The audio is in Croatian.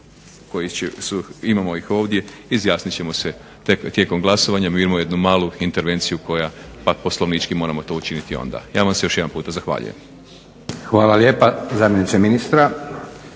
koje imamo ovdje izjasnit ćemo se tijekom glasovanja. Mi imamo jednu malu intervenciju koja pa poslovnički moramo učiniti onda. Ja vam se još jednom zahvaljujem.